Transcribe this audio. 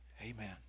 Amen